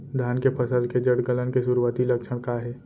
धान के फसल के जड़ गलन के शुरुआती लक्षण का हे?